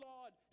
Lord